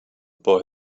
boy